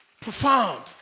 Profound